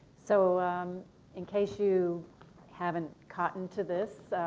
so um in case you haven't gotten to this,